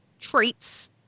traits